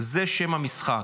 זה שם המשחק.